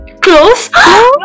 Close